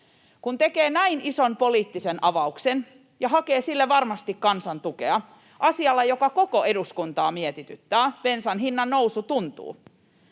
Kun tekee näin ison poliittisen avauksen ja hakee sillä varmasti kansan tukea, asialla, joka koko eduskuntaa mietityttää — bensan hinnan nousu tuntuu